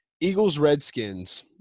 Eagles-Redskins